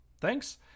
Thanks